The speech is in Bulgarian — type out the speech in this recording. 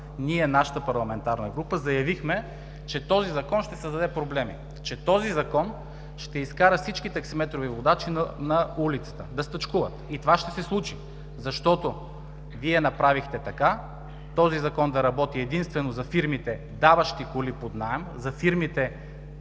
ние, нашата парламентарна група, заявихме, че този Закон ще създаде проблеми, че този Закон ще изкара всички таксиметрови водачи на улицата – да стачкуват. И това ще се случи, защото Вие направихте така този Закон да работи единствено за фирмите, даващи коли под наем, за фирмите,